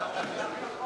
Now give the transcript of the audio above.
לא מעלה את החוק,